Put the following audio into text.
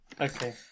Okay